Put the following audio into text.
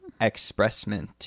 expressment